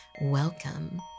welcome